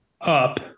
up